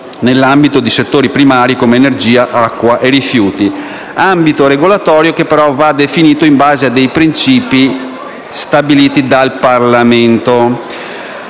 nell'ambito di settori primari come energia, acqua e rifiuti; ambito regolatorio che va però definito in base a dei principi stabiliti dal Parlamento.